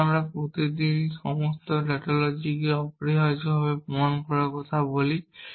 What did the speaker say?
তখন আমরা প্রতিদিনই সমস্ত টাউটোলজিকে অপরিহার্যভাবে প্রমাণ করার কথা বলি